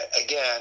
again